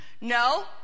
No